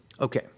Okay